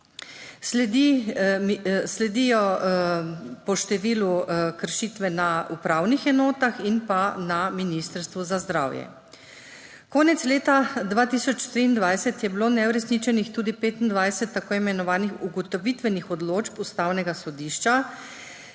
Po številu kršitev sledijo upravne enote in pa Ministrstvo za zdravje. Konec leta 2023 je bilo neuresničenih tudi 25 tako imenovanih ugotovitvenih odločb Ustavnega sodišča,